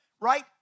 right